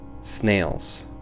snails